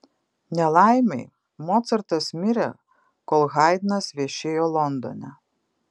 nelaimei mocartas mirė kol haidnas viešėjo londone